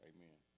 Amen